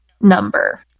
number